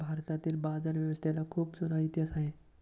भारतातील बाजारव्यवस्थेला खूप जुना इतिहास आहे